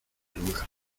lugar